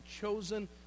chosen